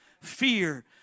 Fear